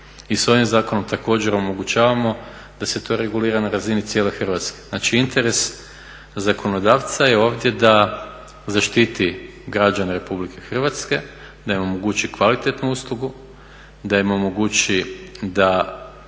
I s ovim zakonom također omogućavamo da se to regulira na razini cijele Hrvatske. Znači interes zakonodavca je ovdje da zaštiti građane Republike Hrvatske, da im omogući kvalitetnu uslugu, da im omogući da